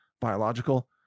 biological